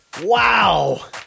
Wow